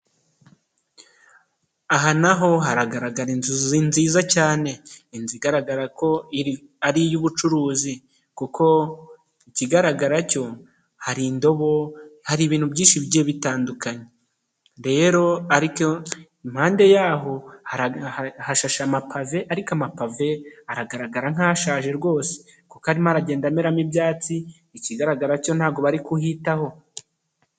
Aha na ho haragaragara inzu nziza cyane, inzu igaragara ko ari iy'ubucuruzi kuko ikigaragara cyo hari indobo, hari ibintu byinshi bigiye bitandukanye, rero ariko impande yaho hashashe amapave, ariko amapave aragaragara nk'ashaje rwose kuko arimo aragenda ameraramo ibyatsi, ikigaragara cyo ntabwo bari kuhitaho.